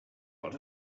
got